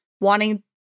wanting